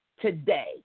today